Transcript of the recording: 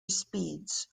speeds